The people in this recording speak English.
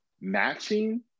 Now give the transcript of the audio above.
matching